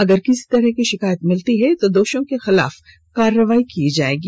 अगर किसी तरह की शिकायत मिलती है तो दोषियों के खिलाफ कार्रवाई की जाएगी